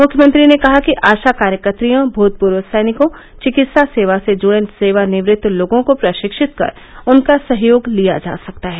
मुख्यमंत्री ने कहा कि आशा कार्यकत्रियों भूतपूर्व सैनिकॉ चिकित्सा सेवा से जुड़े सेवानिवृत्त लोगों को प्रशिक्षित कर उनका सहयोग लिया जा सकता है